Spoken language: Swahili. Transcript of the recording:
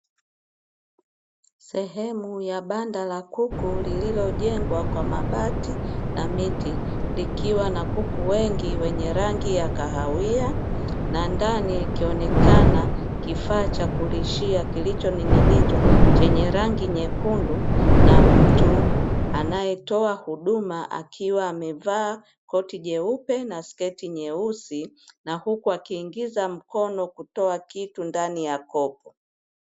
Sehemu ya banda la kuku lililojengwa kwa mabati na miti, likiwa na kuku wengi wenye rangi ya kahawia, na ndani ikionekana kifaa cha kulishia kilichoning'inizwa chenye rangi nyekundu, na mtu anayetoa huduma akiwa amevaa koti jeupe na sketi nyeusi, na huku akiingiza mkono kutoa kitu ndani ya kopo.